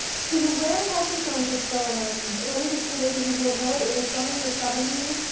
so the rand health insurance experiment let me just for those of you who don't know it, it was done in the seventy s.